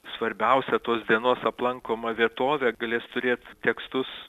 svarbiausią tos dienos aplankomą vietovę galės turėt tekstus